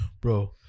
Bro